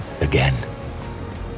Again